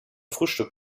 frühstück